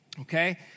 okay